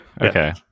okay